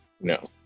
No